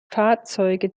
fahrzeuge